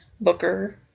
Booker